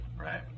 right